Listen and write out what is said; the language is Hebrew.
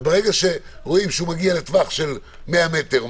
וברגע שרואים שהוא מגיע לטווח של 100 מטר,